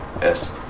Yes